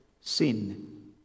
sin